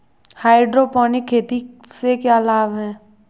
Hydroponic खेती से क्या लाभ हैं?